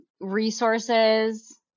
resources